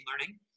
learning